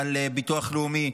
על ביטוח לאומי,